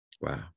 Wow